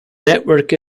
network